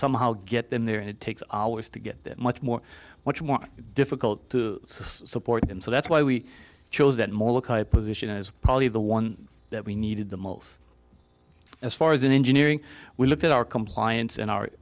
somehow get them there and it takes hours to get that much more much more difficult to support and so that's why we chose that molokai position is probably the one that we needed the most as far as in engineering we looked at our compliance and our